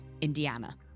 indiana